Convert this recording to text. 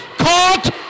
Caught